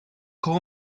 call